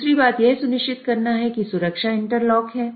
दूसरी बात यह सुनिश्चित करना है कि सुरक्षा इंटरलॉक है